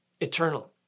eternal